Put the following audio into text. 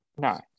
No